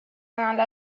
على